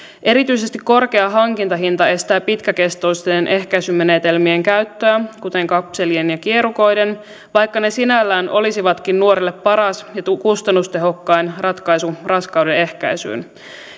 erityisesti korkea hankintahinta estää pitkäkestoisten ehkäisymenetelmien käyttöä kuten kapselien ja kierukoiden vaikka ne sinällään olisivatkin nuorelle paras ja kustannustehokkain ratkaisu raskaudenehkäisyyn